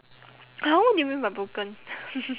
!huh! what do you mean by broken